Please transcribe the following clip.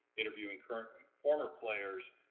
interviewing current and former players,